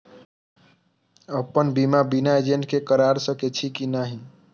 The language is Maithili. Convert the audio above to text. अपन बीमा बिना एजेंट के करार सकेछी कि नहिं?